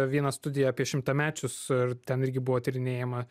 vieną studiją apie šimtamečius ir ten irgi buvo tyrinėjama